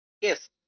Yes